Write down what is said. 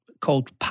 called